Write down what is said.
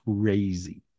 crazy